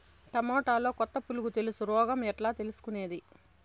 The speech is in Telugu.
టమోటాలో కొత్త పులుగు తెలుసు రోగం ఎట్లా తెలుసుకునేది?